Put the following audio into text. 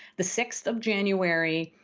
the sixth of january,